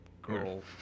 Girl